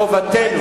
זה מחובתנו.